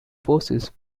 forces